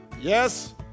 Yes